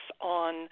on